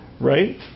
Right